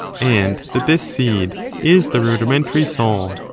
and that this seed is the rudimentary soul.